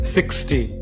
Sixty